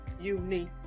unique